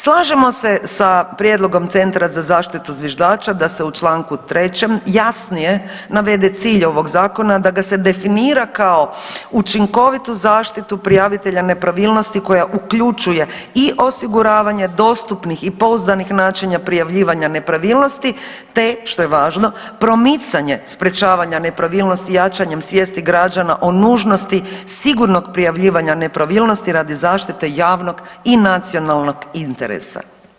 Slažemo se sa prijedlogom Centra za zaštitu zviždača da se u Članku 3. jasnije navede cilj ovog zakona, da ga se definira kao učinkovitu zaštitu prijavitelja nepravilnosti koja uključuje i osiguravanje dostupnih i pouzdanih načina prijavljivanja nepravilnosti te što je važno promicanje sprječavanja nepravilnosti jačanjem svijesti građana o nužnosti sigurnog prijavljivanja nepravilnosti radi zaštite javnog i nacionalnog interesa.